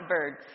birds